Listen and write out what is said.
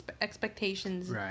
expectations